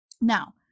now